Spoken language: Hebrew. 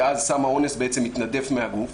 שאז סם האונס בעצם מתנדף מהגוף,